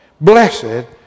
Blessed